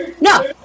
no